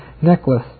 necklace